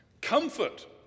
Comfort